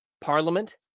Parliament